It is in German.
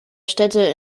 städte